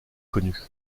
connu